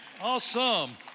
Awesome